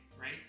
right